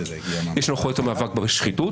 יש לנו אחריות על מאבק בשחיתות.